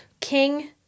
king